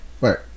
right